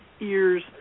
ears